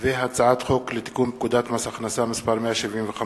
הצעת חוק לתיקון פקודת מס הכנסה (מס' 175),